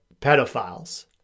pedophiles